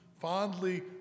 fondly